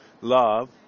Love